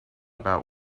about